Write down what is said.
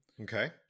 Okay